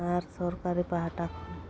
ᱟᱨ ᱥᱚᱨᱠᱟᱨᱤ ᱯᱟᱦᱴᱟ ᱠᱷᱚᱱ